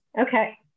okay